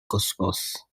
cosmos